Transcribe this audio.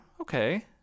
okay